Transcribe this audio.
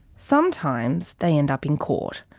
sometimes they end up in court.